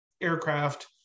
aircraft